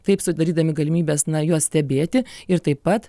taip sudarydami galimybes na juos stebėti ir taip pat